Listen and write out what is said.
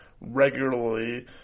regularly